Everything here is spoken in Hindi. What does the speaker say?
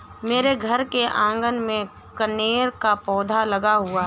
मेरे घर के आँगन में कनेर का पौधा लगा हुआ है